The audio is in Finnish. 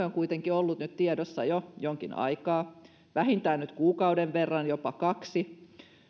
on kuitenkin ollut nyt tiedossa jo jonkin aikaa vähintään nyt kuukauden verran jopa kaksi